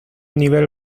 nivel